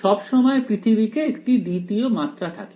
সবসময় পৃথিবীতে একটি দ্বিতীয় মাত্রা থাকে